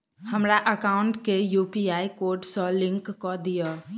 हमरा एकाउंट केँ UPI code सअ लिंक कऽ दिऽ?